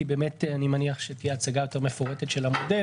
כי באמת אני מניח שתהיה הצגה יותר מפורטת של המודל.